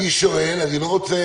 אני לא רוצה